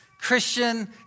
Christian